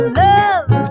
love